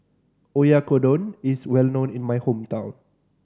oyakodon is well known in my hometown